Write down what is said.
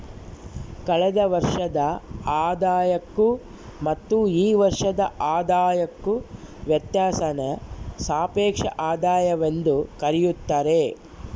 ಕಳೆದ ವರ್ಷದ ಆದಾಯಕ್ಕೂ ಮತ್ತು ಈ ವರ್ಷದ ಆದಾಯಕ್ಕೂ ವ್ಯತ್ಯಾಸಾನ ಸಾಪೇಕ್ಷ ಆದಾಯವೆಂದು ಕರೆಯುತ್ತಾರೆ